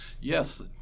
Yes